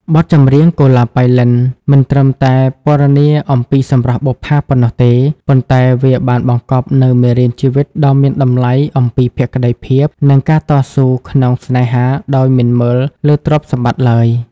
បទចម្រៀង "កុលាបប៉ៃលិន" មិនត្រឹមតែពណ៌នាអំពីសម្រស់បុប្ផាប៉ុណ្ណោះទេ ប៉ុន្តែវាបានបង្កប់នូវមេរៀនជីវិតដ៏មានតម្លៃអំពីភក្តីភាព និងការតស៊ូក្នុងស្នេហាដោយមិនមើលលើទ្រព្យសម្បត្តិឡើយ។